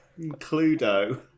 Cluedo